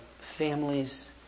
families